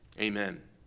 Amen